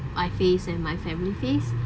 I faced and my family faced